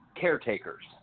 caretakers